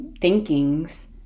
thinkings